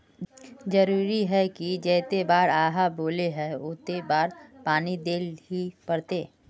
जरूरी है की जयते बार आहाँ बोले है होते बार पानी देल ही पड़ते?